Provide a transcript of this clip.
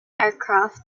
aircraft